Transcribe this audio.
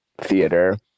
theater